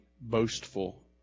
boastful